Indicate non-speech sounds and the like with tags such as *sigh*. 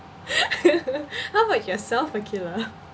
*laughs* how about yourself aqilah